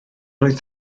oedd